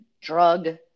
drug